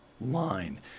line